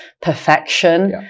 perfection